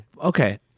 Okay